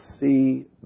see